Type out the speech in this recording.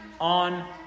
on